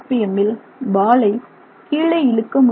இல் பாலை கீழே இழுக்க முடியாது